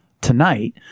tonight